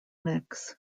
mix